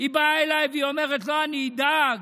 היא באה אליי והיא אומרת: לא, אני אדאג.